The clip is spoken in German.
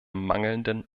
mangelnden